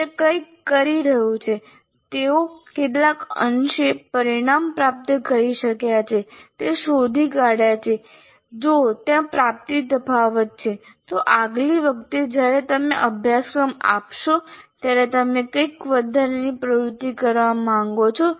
તે કંઈક કરી રહ્યું છે તેઓ કેટલા અંશે પરિણામ પ્રાપ્ત કરી શક્યા છે તે શોધી કાઢયા છે જો ત્યાં પ્રાપ્તિ તફાવત છે તો આગલી વખતે જ્યારે તમે અભ્યાસક્રમ આપશો ત્યારે તમે કઈ વધારાની પ્રવૃત્તિઓ કરવા માગો છો